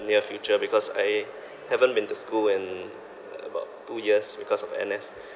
near future because I haven't been to school in about two years because of N_S